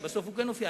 שבסוף הוא כן הופיע,